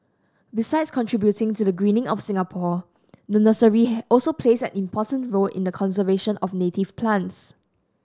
besides contributing to the greening of Singapore the nursery also plays an important role in the conservation of native plants